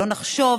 שלא נחשוב